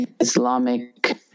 Islamic